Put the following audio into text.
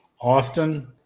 Austin